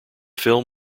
film